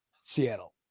Seattle